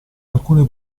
alcune